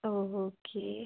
ഓ okay